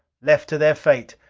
left to their fate,